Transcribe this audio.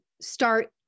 start